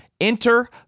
Enter